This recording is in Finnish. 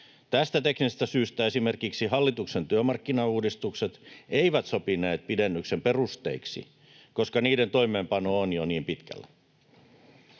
Tästä teknisestä syystä esimerkiksi hallituksen työmarkkina-uudistukset eivät sopineet pidennyksen perusteiksi, koska niiden toimeenpano on jo niin pitkällä.